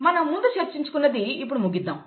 మనం ముందు చర్చించుకున్నది ఇప్పుడు ముగిద్దాం